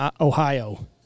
Ohio